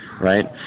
right